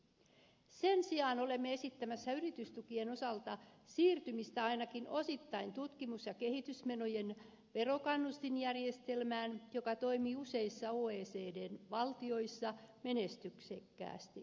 sen sijaan olemme esittämässä yritystukien osalta siirtymistä ainakin osittain tutkimus ja kehitysmenojen verokannustinjärjestelmään joka toimii useissa oecdn valtioissa menestyksekkäästi